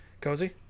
Cozy